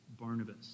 Barnabas